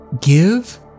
Give